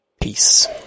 Peace